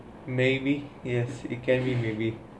maybe yes it can be maybe